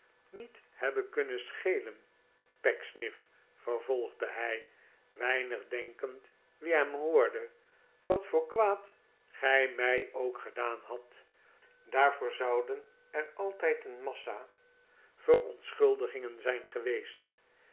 niet hebben kunnen schelen pecksniff vervolgde hij weinig denkend wie hem hoorde wat voor kwaad gij mij ook gedaan hadt daarvoor zouden er altijd een massa verontschuldigingen zijn geweest